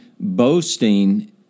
boasting